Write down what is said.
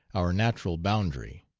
our natural boundary!